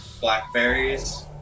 blackberries